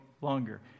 longer